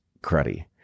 cruddy